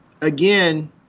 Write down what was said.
Again